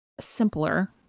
simpler